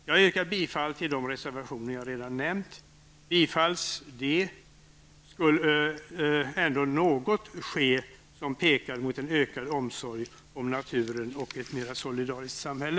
Jag yrkar bifall till de reservationer jag redan nämnt. Bifalls de, skulle ändå något ske som pekar mot en ökad omsorg om naturen och ett mera solidariskt samhälle.